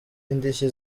indishyi